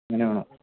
അങ്ങനെ വേണോ